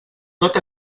tot